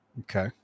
Okay